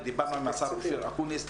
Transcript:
ודיברנו עם השר אקוניס,